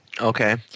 Okay